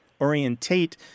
Orientate